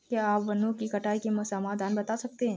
क्या आप वनों की कटाई के समाधान बता सकते हैं?